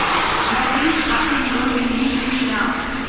नौकरी खातिर लोन मिली की ना?